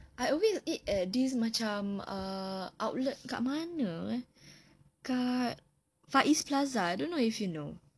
I always eat at this macam err outlet dekat mana eh dekat far east plaza I don't know if you know